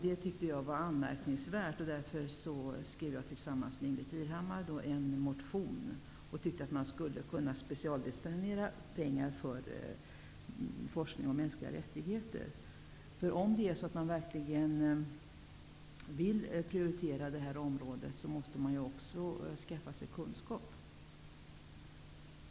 Det tyckte jag var anmärkningsvärt. Därför skrev jag tillsammans med Ingbritt Irhammar en motion. Vi ville att man skulle specialdestinera pengar för forskning om mänskliga rättigheter. Vill man verkligen prioritera området måste man också skaffa sig kunskap.